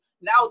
Now